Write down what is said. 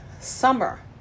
summer